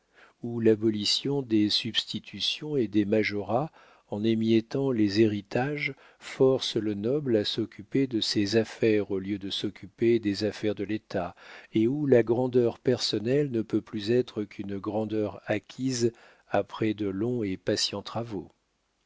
où l'abolition des substitutions et des majorats en émiettant les héritages force le noble à s'occuper de ses affaires au lieu de s'occuper des affaires de l'état et où la grandeur personnelle ne peut plus être qu'une grandeur acquise après de longs et patients travaux